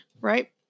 right